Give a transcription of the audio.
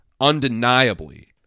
undeniably